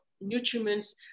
nutrients